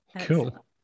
Cool